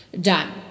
done